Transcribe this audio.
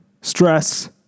stress